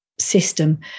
system